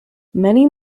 many